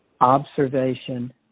observation